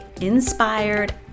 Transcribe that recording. inspired